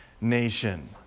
nation